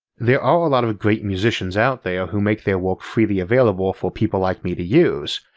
there are a lot of great musicians out there who make their work freely available for people like me to use,